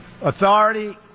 Authority